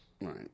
Right